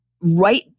right